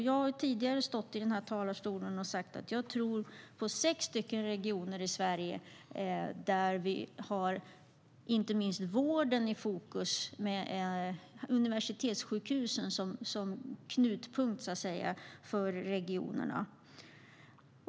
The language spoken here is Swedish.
Jag har tidigare stått i den här talarstolen och sagt att jag tror på sex stycken regioner i Sverige, där vi har inte minst vården i fokus med universitetssjukhusen som knutpunkter för regionerna.